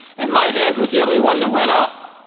and my hand was the only one that went up.